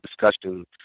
discussion